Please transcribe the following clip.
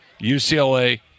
UCLA